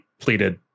pleaded